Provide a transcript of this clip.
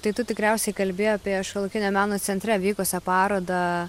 tai tu tikriausiai kalbi apie šiuolaikinio meno centre vykusią parodą